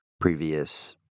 previous